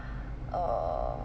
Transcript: err